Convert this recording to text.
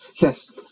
yes